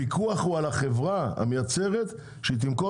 הפיקוח הוא על החברה המייצרת שתמכור